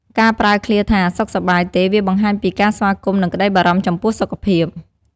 ការប្រើឃ្លាថា សុខសប្បាយទេ? វាបង្ហាញពីការស្វាគមន៍ និងក្តីបារម្ភចំពោះសុខភាព។